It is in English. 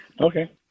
Okay